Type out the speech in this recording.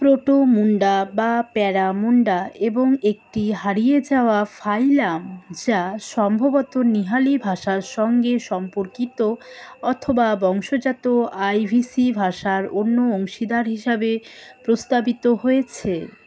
proto Munda বা para Munda এবং একটি হারিয়ে যাওয়া ফাইলাম যা সম্ভবত নিহালি ভাষার সঙ্গে সম্পর্কিত অথবা বংশজাত আইভিসি ভাষার অন্য অংশীদার হিসাবে প্রস্তাবিত হয়েছে